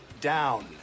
down